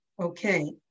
Okay